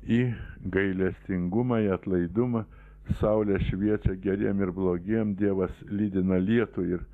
į gailestingumą i atlaidumą saulė šviečia geriem ir blogiem dievas lydina lietų ir